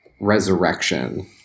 resurrection